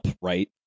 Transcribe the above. Right